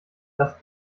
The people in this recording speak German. das